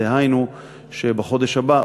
דהיינו כדי שבחודש הבא,